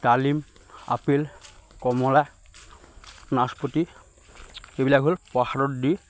ডালিম আপেল কমলা নাচপতি এইবিলাক হ'ল প্ৰসাদত দি